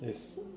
it's